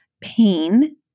pain